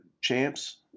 champs